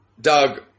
Doug